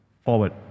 forward